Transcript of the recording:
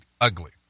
ugly